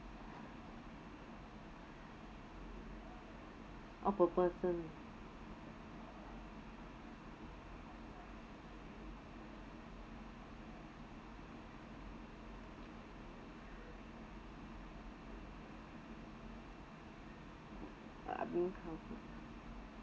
oh per person ah I've been counted